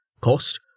Cost